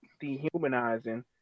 dehumanizing